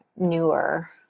newer